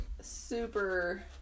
super